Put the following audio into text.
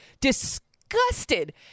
disgusted